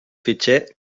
fitxer